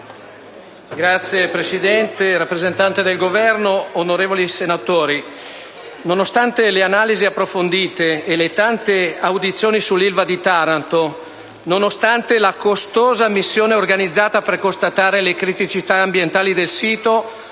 Signora Presidente, signor rappresentante del Governo, onorevoli senatori, nonostante le analisi approfondite e le tante audizioni sull'Ilva di Taranto, nonostante la costosa missione organizzata per costatare le criticità ambientali del sito,